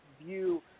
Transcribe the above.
view